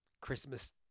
Christmas